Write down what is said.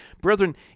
Brethren